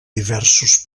diversos